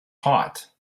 hot